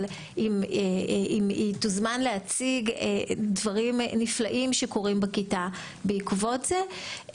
אבל היא תוזמן להציג על דברים נפלאים שקורים בכיתה בעקבות זה.